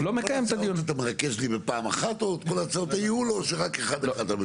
את כל הצעות הייעול אתה מרכז לי בפעם אחת או שרק אחת-אחת?